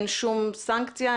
אין שום סנקציה?